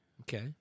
Okay